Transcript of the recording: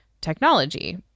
technology